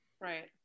Right